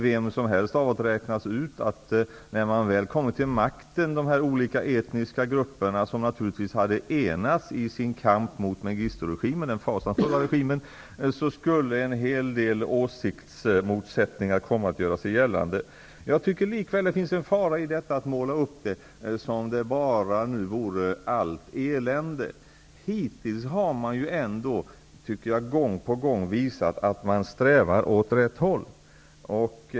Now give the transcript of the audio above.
Vem som helst av oss kunde ha räknat ut att när dessa olika etniska grupper, som naturligtvis hade enats i sin kamp mot den fasansfulla Mengisturegimen, väl kommit till makten, skulle en hel del åsiktsmotsättningar komma att göra sig gällande. Jag tycker likväl att det finns en fara i att måla upp det som om det bara vore elände. Hittills har man ju ändå gång på gång visat att man strävar åt rätt håll.